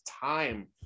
time